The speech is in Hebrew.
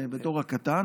בתור הקטן,